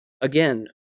Again